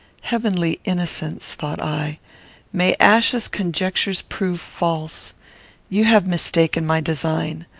heavenly innocence! thought i may achsa's conjectures prove false you have mistaken my design,